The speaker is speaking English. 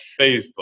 Facebook